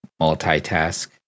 multitask